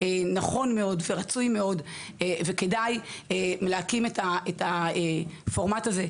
נכון מאוד ורצוי מאוד להקים את הפורמט הזה,